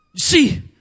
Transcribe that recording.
see